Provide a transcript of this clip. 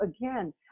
again